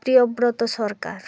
Priyabrata Sarkar